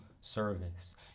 service